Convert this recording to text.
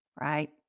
right